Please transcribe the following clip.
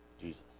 Jesus